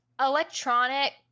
Electronic